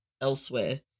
elsewhere